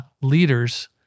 leaders